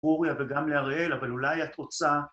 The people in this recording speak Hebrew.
‫אוריה וגם להראל, אבל אולי את רוצה...